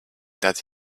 that